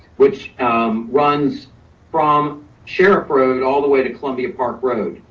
which um runs from sheriff road all the way to columbia park road.